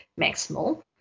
maximal